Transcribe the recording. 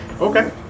Okay